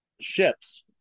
ships